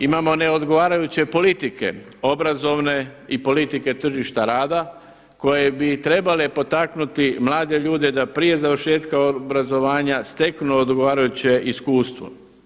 Imamo neodgovarajuće politike obrazovne i politike tržišta rada koje bi trebale potaknuti mlade ljude da prije završetka obrazovanja steknu odgovarajuće iskustvo.